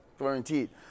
guaranteed